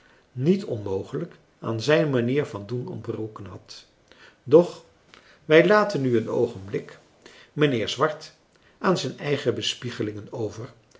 niet onmogelijk aan zijn manier van doen ontbroken had doch wij laten nu een oogenblik mijnheer swart aan zijn eigen bespiegelingen over